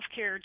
healthcare